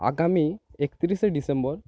আগামী একতিরিশে ডিসেম্বর